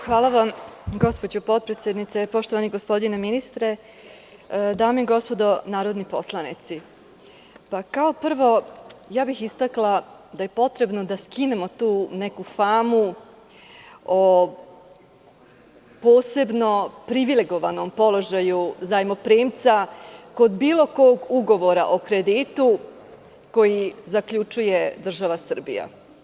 Hvala vam, gospođo potpredsednice, poštovani gospodine ministre, dame i gospodo narodni poslanici, kao prvo istakla bih da je potrebno da skinemo tu neku famu o posebno privilegovanom položaju zajmoprimca kod bilo kog ugovora o kreditu koji zaključuje država Srbija.